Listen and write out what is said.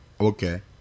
okay